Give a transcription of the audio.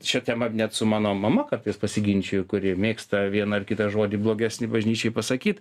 šia tema net su mano mama kartais pasiginčiju kuri mėgsta vieną ar kitą žodį blogesnį bažnyčiai pasakyt